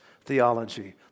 theology